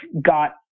got